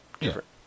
different